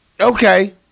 okay